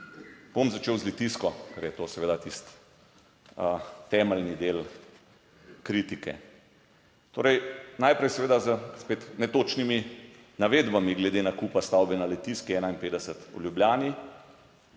Bom začel z Litijsko, ker je to seveda tisti temeljni del kritike. Torej, najprej seveda z spet netočnimi navedbami glede nakupa stavbe na Litijski 51. v Ljubljani,